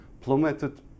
plummeted